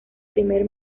primer